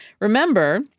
Remember